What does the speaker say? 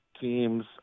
teams